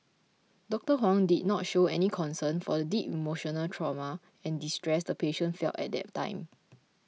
Doctor Huang did not show any concern for the deep emotional trauma and distress the patient felt at that time